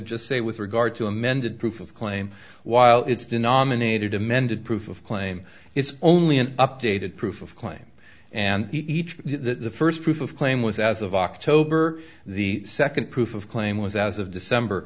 just say with regard to amended proof of claim while it's denominated amended proof of claim it's only an updated proof of claim and each the first proof of claim was as of october the second proof of claim was as of december